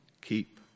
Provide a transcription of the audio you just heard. keep